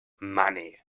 money